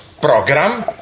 program